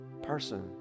person